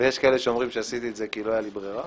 ויש כאלה שאומרים שעשיתי את זה כי לא הייתה לי ברירה